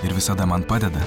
ir visada man padeda